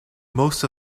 most